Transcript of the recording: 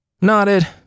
nodded